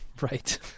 right